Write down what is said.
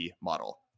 model